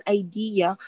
idea